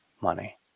money